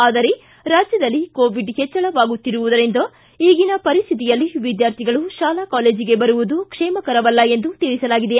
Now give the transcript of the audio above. ಆದರೇ ರಾಜ್ಯದಲ್ಲಿ ಕೋವಿಡ್ ಹೆಚ್ಚಳವಾಗುತ್ತಿರುವುದರಿಂದ ಈಗಿನ ಪರಿಸ್ತಿತಿಯಲ್ಲಿ ವಿದ್ಮಾರ್ಥಿಗಳು ಶಾಲಾ ಕಾಲೇಜಿಗೆ ಬರುವುದು ಕ್ಷೇಮಕರವಲ್ಲ ಎಂದು ತಿಳಿಸಲಾಗಿದೆ